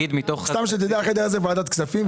סתם שתדע שהחדר הזה הוא ועדת כספים,